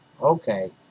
Okay